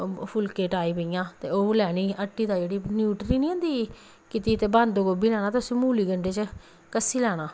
फुल्के टाईप इ'यां ते ओह् लैन्नी हट्टी दा जेह्ड़ी न्यूट्री निं होंदी कीती दी ते बंद गोभी लैना ते उसी मूली गंढे च कस्सी लैना